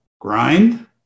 grind